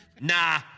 Nah